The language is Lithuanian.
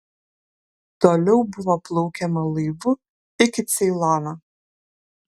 toliau buvo plaukiama laivu iki ceilono